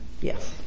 yes